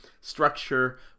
structure